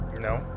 no